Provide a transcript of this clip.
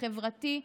החברתי,